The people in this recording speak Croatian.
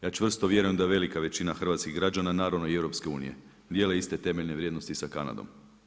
Ja čvrsto vjerujem da velika većina hrvatskih građana, naravno i EU, dijele iste temeljne vrijednosti sa Kanadom.